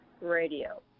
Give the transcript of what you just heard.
Radio